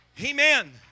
amen